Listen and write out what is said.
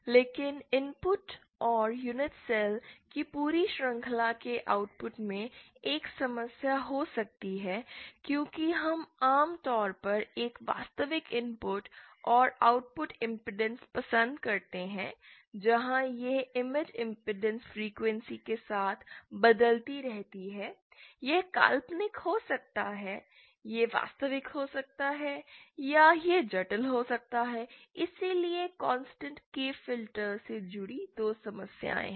लेकिन इनपुट और unit cells की पूरी श्रृंखला के आउटपुट में एक समस्या हो सकती है क्योंकि हम आमतौर पर एक वास्तविक इनपुट और आउटपुट इमपेडेंस पसंद करते हैं जहां यह इमेज इमपेडेंस फ्रीक्वेंसी के साथ बदलती रहती है यह काल्पनिक हो सकता है यह वास्तविक हो सकता है या यह जटिल हो सकता है इसलिए कॉन्स्टेंट K फ़िल्टर से जुड़ी दो समस्याएं हैं